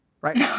Right